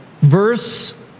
verse